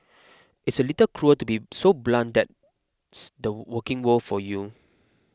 it's a little cruel to be so blunt that's the working world for you